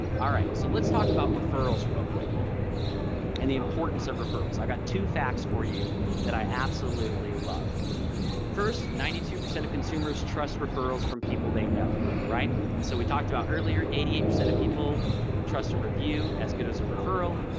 ah right. so let's talk about referrals real quick and the importance of referrals. i've got two facts for you that i absolutely love first. ninety-two percent of consumers trust referrals from people they know. right. so we talked about earlier eighty eight percent of people trust a review as good as a referral.